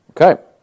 Okay